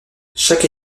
chaque